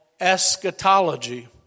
eschatology